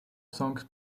songs